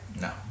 No